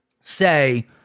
Say